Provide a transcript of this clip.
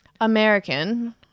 American